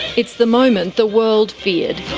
it's the moment the world feared,